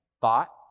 Thought